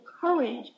courage